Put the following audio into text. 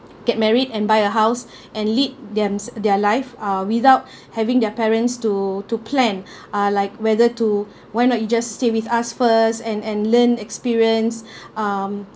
get married and buy a house and lead them their life uh without having their parents to to plan uh like whether to why not you just stay with us first and and learn experience um